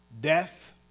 death